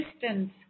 distance